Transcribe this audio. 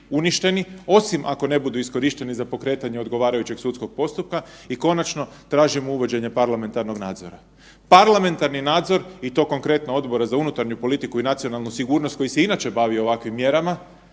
uništeni osim ako ne budu iskorišteni za pokretanje odgovarajućeg sudskog postupka i konačno tražimo uvođenje parlamentarnog nadzora. Parlamentarni nadzor i to konkretno Odbora za unutarnju politiku i nacionalnu sigurnost koji se inače bavi ovakvim mjerama